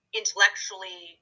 intellectually